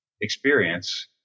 experience